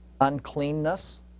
uncleanness